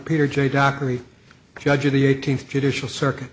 peter j dockery judge of the eighteenth judicial circuit